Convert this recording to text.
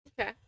Okay